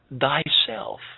thyself